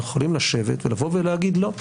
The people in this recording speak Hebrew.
אנחנו יכולים לשבת ולבוא להגיד: לא.